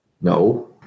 No